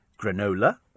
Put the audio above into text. granola